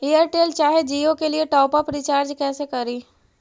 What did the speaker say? Airtel चाहे जियो के लिए टॉप अप रिचार्ज़ कैसे करी?